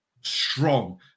strong